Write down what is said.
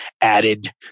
added